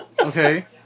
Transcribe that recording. Okay